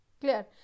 clear